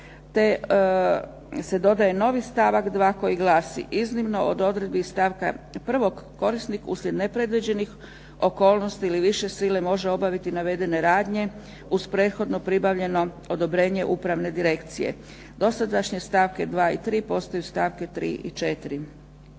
te se dodaje novi stavak 2. koji glasi: „Iznimno od odredbi stavka 1. korisnik uslijed nepredviđenih okolnosti ili više sile može obaviti navedene radnje uz prethodno pribavljeno odobrenje upravne direkcije“. Dosadašnje stavke 2. i 3. postaju stavke 3. i 4.